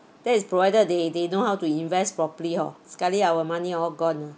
that is provided they they know how to invest properly hor sekali our money all gone uh